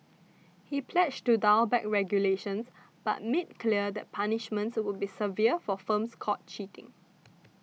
he pledged to dial back regulations but made clear that punishments would be severe for firms caught cheating